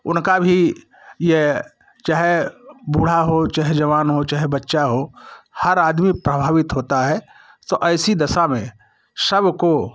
उनका भी ये चाहें बूढ़ा हो चाहे जवान हो चाहें बच्चा हो हर आदमी प्रभावित होता है तो ऐसी दशा में सबको